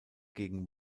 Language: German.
gegen